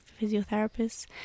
physiotherapists